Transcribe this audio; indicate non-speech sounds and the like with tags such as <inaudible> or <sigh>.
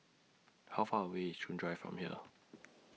How Far away IS Chuan Drive from here <noise>